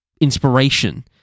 inspiration